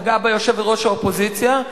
שנגעה בה יושבת-ראש האופוזיציה,